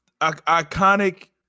iconic